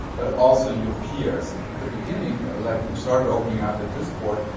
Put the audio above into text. but also your peers. at the beginning, like we started opening up a discord,